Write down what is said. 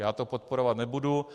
Já to podporovat nebudu.